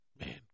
Man